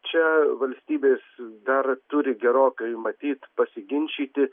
čia valstybės dar turi gerokai matyt pasiginčyti